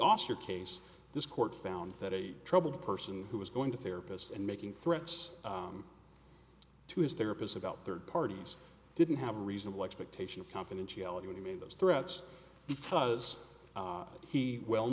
auster case this court found that a troubled person who was going to therapist and making threats to his therapist about third parties didn't have a reasonable expectation of confidentiality when he made those threats because he well